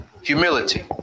humility